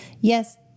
Yes